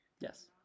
Yes